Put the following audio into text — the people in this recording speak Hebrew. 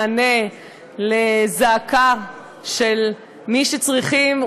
מענה לזעקה של מי שצריכים,